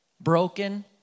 Broken